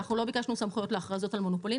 אנחנו לא ביקשנו סמכויות להכרזות על מונופולין,